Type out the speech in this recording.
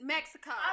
Mexico